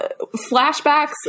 flashbacks